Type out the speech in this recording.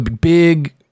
big